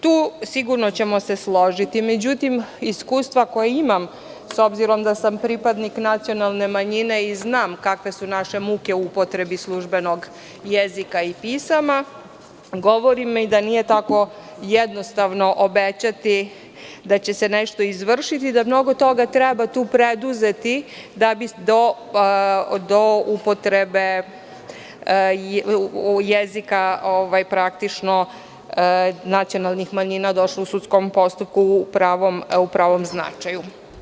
Tu sigurno ćemo se složiti, međutim, iskustva koja imam s obzirom da sam pripadnik nacionalne manjine i znam kakve su naše muke u upotrebi službenog jezika i pisama, govori mi da nije tako jednostavno obećati da će se nešto izvršiti, da mnogo toga treba tu preduzeti da bi do upotrebe jezika nacionalnih manjina došlo u sudskom postupku u pravom značaju.